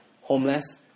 homeless